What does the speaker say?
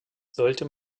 sollte